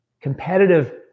competitive